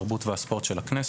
התרבות והספורט של הכנסת,